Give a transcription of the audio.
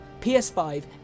PS5